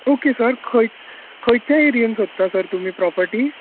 okay sir ख खंयचे एरियेन सोदता सर तुमी प्रोपर्टी